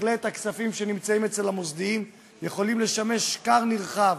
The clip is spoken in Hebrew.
בהחלט הכספים שנמצאים אצל המוסדיים יכולים לשמש כר נרחב